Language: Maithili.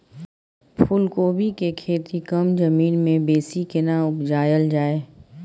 फूलकोबी के खेती कम जमीन मे बेसी केना उपजायल जाय?